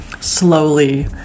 slowly